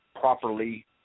properly